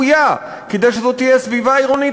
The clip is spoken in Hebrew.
כדי שזו תהיה סביבה עירונית ראויה,